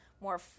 more